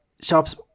shops